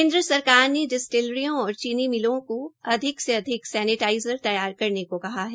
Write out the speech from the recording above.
केन्द्र सरकार ने डिस्टिलरियों और चीनी मिलो को अधिक से अधिक सेनेटाईज़र तैयार करने को कहा है